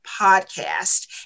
Podcast